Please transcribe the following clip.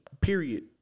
period